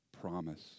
promise